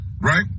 Right